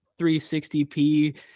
360p